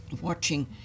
watching